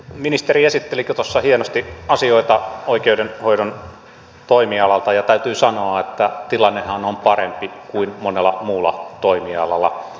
ministeri esittelikin tuossa hienosti asioita oikeudenhoidon toimialalta ja täytyy sanoa että tilannehan on parempi kuin monella muulla toimialalla